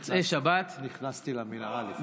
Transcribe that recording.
נכנסתי למנהרה לפני חודשיים.